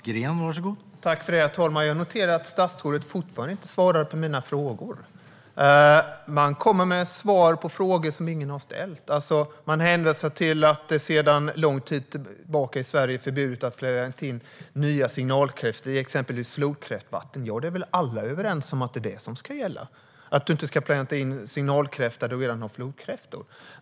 Herr talman! Jag noterar att statsrådet fortfarande inte svarar på mina frågor. Han kommer med svar på frågor som ingen har ställt. Han hänvisar till att det i Sverige sedan lång tid tillbaka är förbjudet att plantera in nya signalkräftor i exempelvis flodkräftvatten. Ja, alla är väl överens om att man inte ska plantera in signalkräftor där det finns flodkräftor.